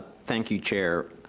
thank you, chair.